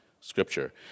scripture